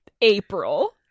April